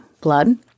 blood